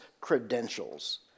credentials